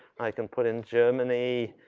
i can put in germany,